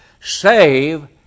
save